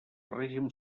règim